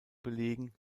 belegen